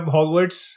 Hogwarts